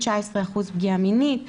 19% פגיעה מינית,